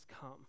come